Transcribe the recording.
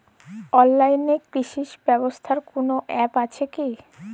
অনলাইনে কৃষিজ ব্যবসার কোন আ্যপ আছে কি?